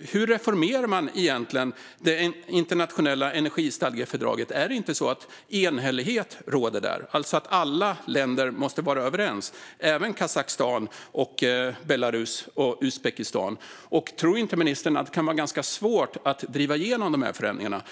hur man egentligen reformerar det internationella energistadgefördraget. Råder inte enhällighet där? Alla länder måste väl vara överens? Det gäller i så fall även Kazakstan, Belarus och Uzbekistan. Tror inte ministern att det kan vara svårt att driva igenom dessa förändringar?